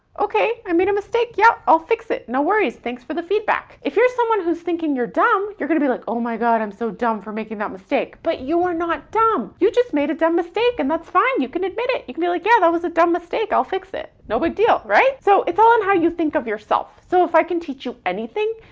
okay, i made mean a mistake, yeah, i'll fix it, no worries, thanks for the feedback. if you're someone who's thinking you're dumb, you're gonna be like, oh my god, i'm so dumb for making that mistake. but you are not dumb, you just made a dumb mistake and that's fine, you can admit it. you can be like, yeah, that was a dumb mistake. i'll fix it. no big deal, right? so it's all on how you think of yourself. so if i can teach you anything,